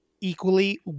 equally